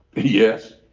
yes.